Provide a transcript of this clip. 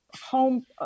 home